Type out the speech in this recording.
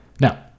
Now